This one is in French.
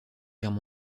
guerre